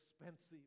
expensive